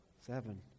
Seven